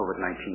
COVID-19